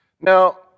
Now